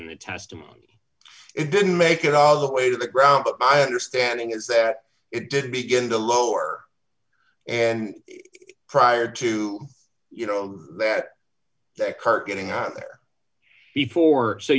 in the testimony it didn't make it all the way to the ground but my understanding is that it did begin to lower and prior to you know that that car getting out there before so